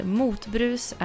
motbrus